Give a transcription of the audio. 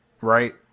right